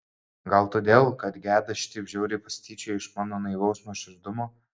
gal todėl kad gedas šitaip žiauriai pasityčiojo iš mano naivaus nuoširdumo